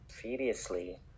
previously